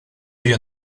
you